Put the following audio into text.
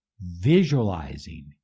visualizing